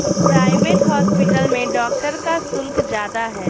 private hospital में doctor का शुल्क ज्यादा है